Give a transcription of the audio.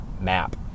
map